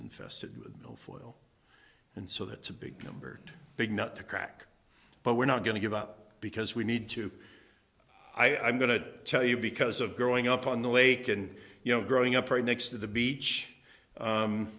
infested with foil and so that's a big number big nut to crack but we're not going to give up because we need to i'm going to tell you because of growing up on the lake and you know growing up right next to the beach